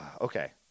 okay